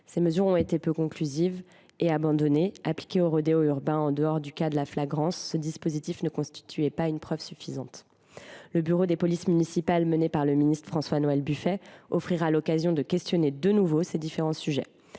s’étant révélée peu conclusive, elle a été abandonnée. Appliqué aux rodéos urbains, en dehors des cas de flagrance, ce dispositif ne constituerait pas une preuve suffisante. Le Beauvau des polices municipales mené par le ministre François Noël Buffet offrira l’occasion de nous interroger de nouveau sur ces différents sujets.